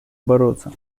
бороться